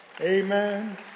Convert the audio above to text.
Amen